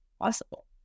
possible